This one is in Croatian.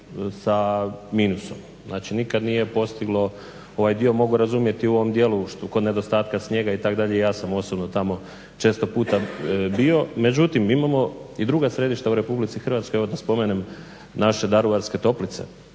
sa minusom, znači nikad nije postiglo. Ovaj dio mogu razumjeti u ovom dijelu kod nedostatka snijega itd., ja sam osobno tamo često puta bio. Međutim imamo i druga središta u Republici Hrvatskoj, evo da spomenem naše daruvarske toplice